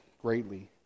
greatly